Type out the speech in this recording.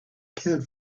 can’t